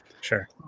Sure